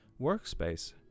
Workspace